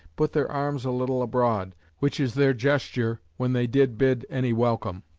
put their arms a little abroad which is their gesture, when they did bid any welcome.